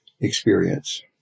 experience